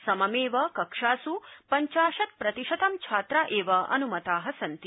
सममेव कक्षास् पञ्चाशत् प्रतिशतं छात्रा एव अनुमता सन्ति